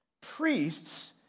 priests